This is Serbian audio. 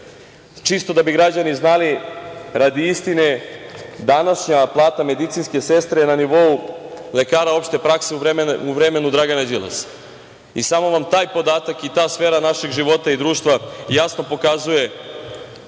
evra? Čisto da bi građani znali, radi istine, današnja plata medicinske sestre je na nivou lekara opšte prakse u vremenu Dragana Đilasa. Samo vam taj podatak i ta sfera našeg života i društva jasno pokazuje